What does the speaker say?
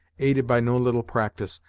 aided by no little practice,